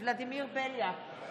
ולדימיר בליאק,